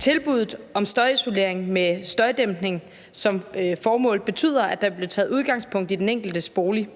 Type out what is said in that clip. Tilbuddet om støjisolering med støjdæmpning betyder, at der vil blive taget udgangspunkt i den enkeltes bolig.